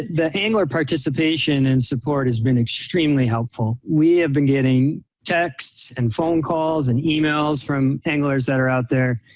the angler participation and support has been extremely helpful. we have been getting texts and phone calls and emails from anglers that are out there,